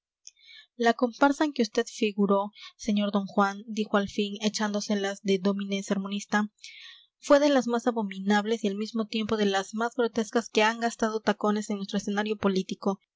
comparsa en que vd figuró señor d juan dijo al fin echándoselas de dómine sermonista fue de las más abominables y al mismo tiempo de las más grotescas que han gastado tacones en nuestro escenario político